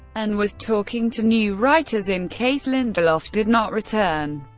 and was talking to new writers in case lindelof did not return.